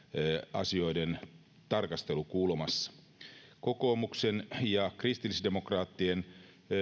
asioiden tarkastelukulmassa kokoomuksen ja kristillisdemokraattien